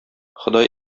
ходай